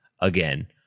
again